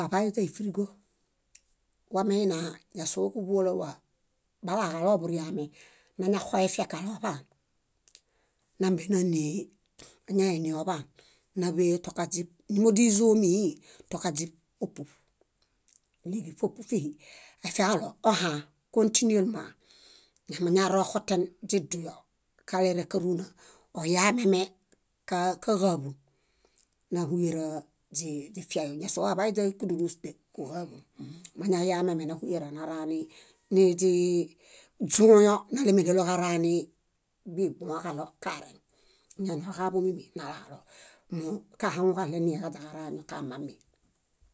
Waḃaiźa ífrigo. Wameina ñásooġuḃolawa, balaġaloḃuriame, nañaxoefiekaleoḃaan, námbenanee, máñaene oḃaan, náḃee tokaźib, móźizomii, tokaźib ópuṗ. Léġifopufihi aifiaġaɭoohãã kõtinuelmã, ñamañaroxoten źiduyo mañainikalereŋ káruna, oyameme káġaaḃun náhuyera źii- źifiayo. Ñásoo waḃayuźa íkudulus de kúġaḃun. Mañayameme náhuyera naraniźiiźũyõ nálemeɭeloġara nibibuõġaɭo kareŋ. Iñainioġaḃu mími nalalo. Móo kahaŋuġaɭenie kaźaġarañokamami.